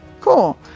Cool